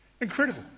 Incredible